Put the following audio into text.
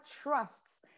trusts